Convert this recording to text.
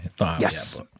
yes